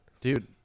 dude